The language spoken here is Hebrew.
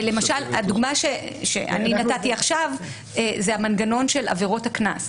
הדוגמה שאני נתתי עכשיו זה המנגנון של עבירות הקנס.